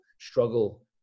struggle